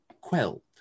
quelled